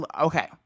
okay